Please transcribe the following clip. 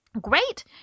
Great